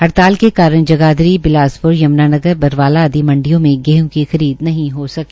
हड़ताल के कारण जगाधरी बिलासप्र यमुनानगर बरवाला आदि मंडियो में गेहं की खरीद नहीं हो सकी